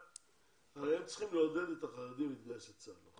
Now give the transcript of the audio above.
הרי צריכים לעודד את החרדים להתגייס לצבא.